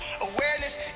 awareness